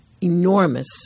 enormous